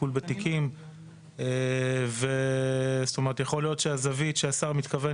בטיפול בתיקים ויכול להיות שהשר מתכוון